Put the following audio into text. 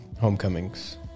homecomings